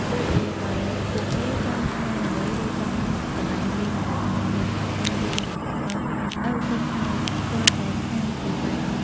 ដូចជាបើពួកគេចង់ញ៉ាំអ្វី ឬចង់បានល្បែងលេងអ្វីមួយនោះ តែងយំរំអុកឲ្យម៉ែឪទិញឲ្យ ទាល់តែខានពុំបាន។